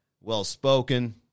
well-spoken